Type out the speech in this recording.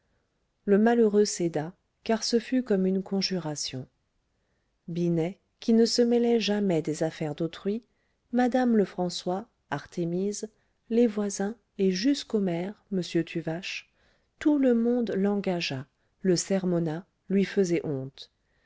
le malheureux céda car ce fut comme une conjuration binet qui ne se mêlait jamais des affaires d'autrui madame lefrançois artémise les voisins et jusqu'au maire m tuvache tout le monde l'engagea le sermonna lui faisait honte